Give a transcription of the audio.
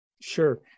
Sure